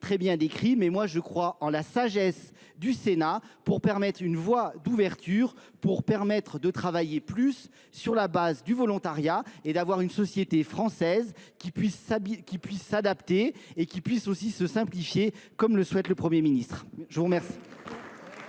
très bien décrits. Mais moi je crois en la sagesse du Sénat pour permettre une voie d'ouverture, pour permettre de travailler plus sur la base du volontariat et d'avoir une société française qui puisse s'adapter et qui puisse aussi se simplifier comme le souhaite le Premier ministre. Je vous remercie.